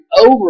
over